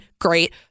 great